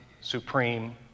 supreme